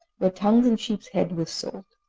where tongues and sheep's heads were sold.